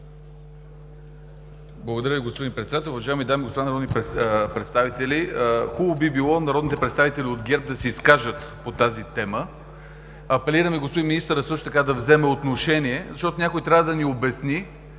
Благодаря Ви, господин Председател. Уважаеми дами и господа народни представители! Хубаво би било народните представители от ГЕРБ да се изкажат по тази тема. Апелираме и господин министърът също така да вземе отношение, защото някой трябва да ни обясни